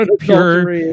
pure